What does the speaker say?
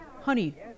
Honey